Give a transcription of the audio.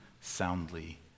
soundly